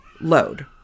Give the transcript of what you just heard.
load